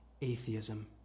atheism